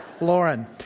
Lauren